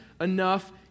enough